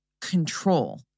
control